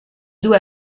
due